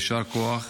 יישר כוח.